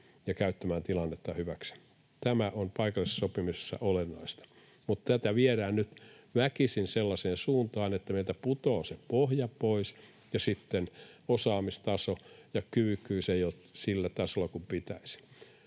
käyttämään tilannetta hyväksi. Tämä on paikallisessa sopimisessa olennaista. Mutta tätä viedään nyt väkisin sellaiseen suuntaan, että meiltä putoaa se pohja pois, ja sitten osaamistaso ja kyvykkyys eivät ole sillä tasolla kuin pitäisi.